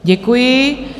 Děkuji.